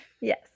yes